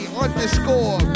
underscore